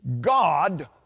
God